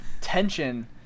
tension